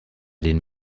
den